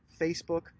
Facebook